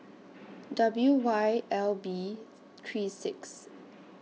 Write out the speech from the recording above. W Y L B three six